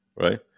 right